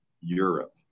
Europe